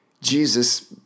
Jesus